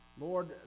Lord